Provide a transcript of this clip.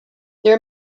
their